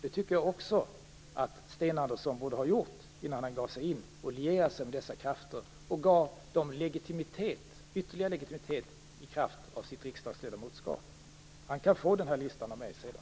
Det tycker jag att även Sten Andersson borde ha gjort innan han gick in och lierade sig med dessa krafter och gav dem ytterligare legitimitet i kraft av sitt riksdagsledamotskap. Han kan få den här listan av mig sedan.